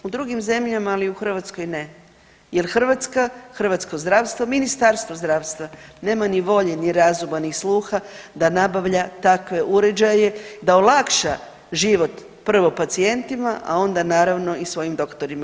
U drugim zemljama, ali u Hrvatskoj ne jer Hrvatska, hrvatsko zdravstvo, Ministarstvo zdravstva nema ni volje, ni razuma, ni sluha da nabavlja takve uređaje da olakša život prvo pacijentima, a onda naravno i svojim doktorima.